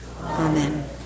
Amen